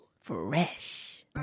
Fresh